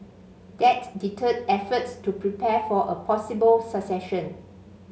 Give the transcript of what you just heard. that deterred efforts to prepare for a possible succession